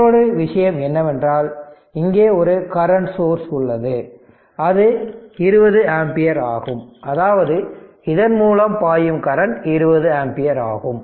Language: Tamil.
மற்றொரு விஷயம் என்னவென்றால் இங்கே ஒரு கரண்ட் சோர்ஸ் உள்ளது அது 20 ஆம்பியர் அதாவது இதன் மூலம் பாயும் கரண்ட் 20 ஆம்பியர் ஆகும்